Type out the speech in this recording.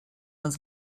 was